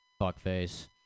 Fuckface